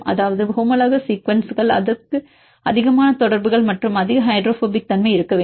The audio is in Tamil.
அதாவது ஹோமோலோகோஸ் சீக்வென்ஸ்கள் அதற்கு அதிகமான தொடர்புகள் மற்றும் அதிக ஹைட்ரோபோபிக் தன்மை இருக்க வேண்டும்